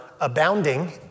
abounding